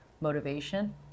motivation